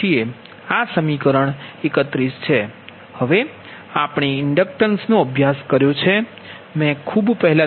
હવે આપણે ઇન્ડક્ટન્સનો અભ્યાસ કર્યો છે મેં ખૂબ પહેલાં